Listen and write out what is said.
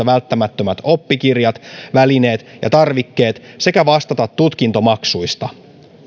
välttämättömät oppikirjat välineet ja tarvikkeet sekä vastata tutkintomaksuista